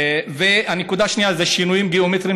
הנקודה השנייה זה שינויים גיאומטריים.